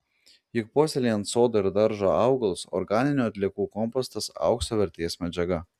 juk puoselėjant sodo ir daržo augalus organinių atliekų kompostas aukso vertės medžiaga